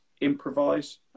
improvise